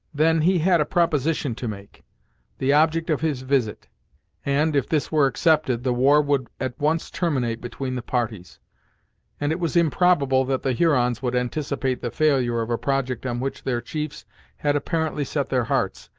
then, he had a proposition to make the object of his visit and, if this were accepted, the war would at once terminate between the parties and it was improbable that the hurons would anticipate the failure of a project on which their chiefs had apparently set their hearts,